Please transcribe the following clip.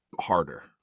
harder